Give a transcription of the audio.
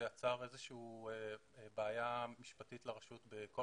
זה יצר איזושהי בעיה משפטית לרשות בכל